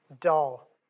dull